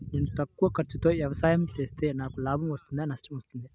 నేను తక్కువ ఖర్చుతో వ్యవసాయం చేస్తే నాకు లాభం వస్తుందా నష్టం వస్తుందా?